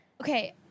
Okay